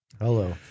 Hello